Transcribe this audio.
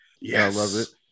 Yes